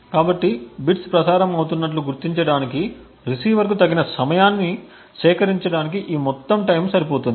కాబట్టి బిట్స్ ప్రసారం అవుతున్నట్లు గుర్తించడానికి రిసీవర్కు తగిన సమయాన్ని సేకరించడానికి ఈ మొత్తం టైమ్ సరిపోతుంది